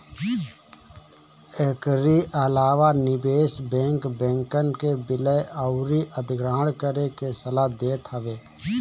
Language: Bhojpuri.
एकरी अलावा निवेश बैंक, बैंकन के विलय अउरी अधिग्रहण करे के सलाह देत हवे